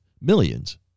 Millions